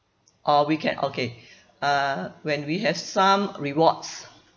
or we can okay uh when we have some rewards